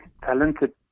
talented